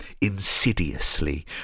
insidiously